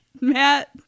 Matt